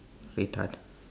retard